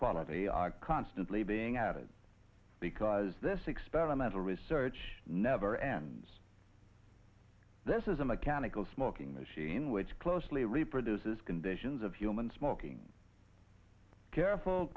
quality are constantly being added because this experimental research never ends this is a mechanical smoking machine which closely reproduces conditions of human smoking careful